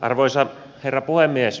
arvoisa herra puhemies